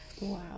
Wow